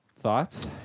Thoughts